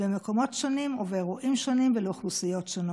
במקומות שונים ובאירועים שונים ולאוכלוסיות שונות.